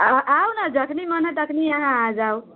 अहाँ आउ ने जखनि मन हय अहाँ तखनि आ जाउ